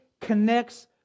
connects